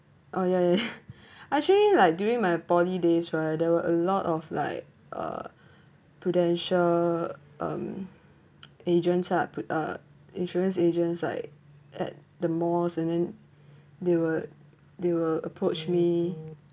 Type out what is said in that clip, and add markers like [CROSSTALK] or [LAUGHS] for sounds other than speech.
oh ya ya [LAUGHS] actually like during my poly days right there were a lot of like uh prudential um [NOISE] agents ah uh insurance agents like at the malls and then they were they were approached me